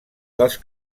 dels